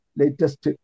latest